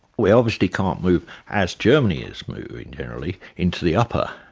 we obviously can't move, as germany is moving merrily, into the upper,